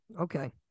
Okay